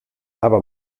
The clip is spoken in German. aber